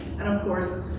and of course,